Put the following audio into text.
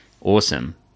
awesome